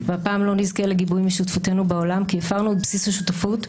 הפעם לא נזכה לגיבוי משותפותינו בעולם כי הפרנו את בסיס השותפות,